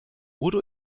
urdu